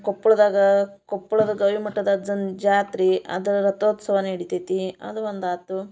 ಕೊಪ್ಳದಾಗೆ ಕೊಪ್ಪಳದ ಗವಿಮಠದ ಅಜ್ಜನ ಜಾತ್ರೆ ಅದರ ರಥೋತ್ಸವ ನಡಿತೈತೆ ಅದು ಒಂದು ಆಯ್ತು